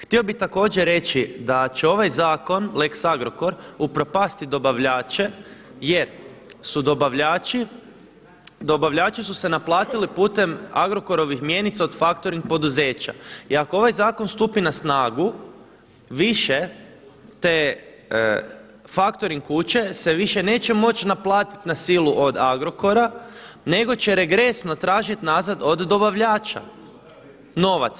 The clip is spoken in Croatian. Htio bih također reći da će ovaj zakon lex Agrokor upropastiti dobavljače jer su dobavljači, dobavljači su se naplatili putem Agrokorovim mjenica od faktoring poduzeća i ako ovaj zakon stupi na snagu više te faktoring kuće se više neće moći naplatiti na silu od Agrokora nego će regresno tražiti nazad od dobavljača novac.